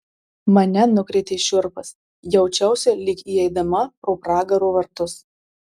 mane nukrėtė šiurpas jaučiausi lyg įeidama pro pragaro vartus